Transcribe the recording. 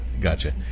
Gotcha